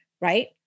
right